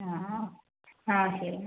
ആ ആ ആ ശരി